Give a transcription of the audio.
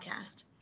Podcast